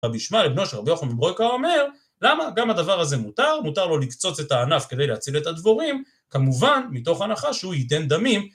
רבי ישמעאל בנו של רבי יוחנן בן ברוקה אומר, למה גם הדבר הזה מותר, מותר לו לקצוץ את הענף כדי להציל את הדבורים, כמובן מתוך הנחה שהוא ייתן דמים